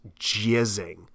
jizzing